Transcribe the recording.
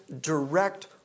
direct